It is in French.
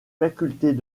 facultés